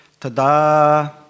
Tada